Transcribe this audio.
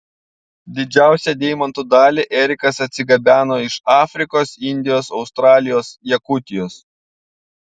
didžiausią deimantų dalį erikas atsigabeno iš afrikos indijos australijos jakutijos